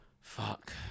fuck